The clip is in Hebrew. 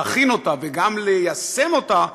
להכין אותה וגם ליישם אותה,